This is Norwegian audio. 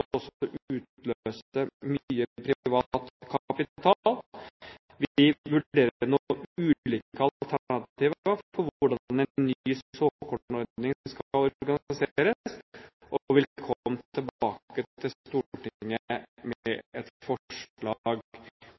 også utløser mye privat kapital. Vi vurderer nå ulike alternativer for hvordan en ny såkornordning skal organiseres, og vil komme tilbake til Stortinget med et forslag